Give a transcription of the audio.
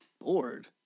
Bored